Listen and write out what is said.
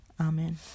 Amen